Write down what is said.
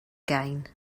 gain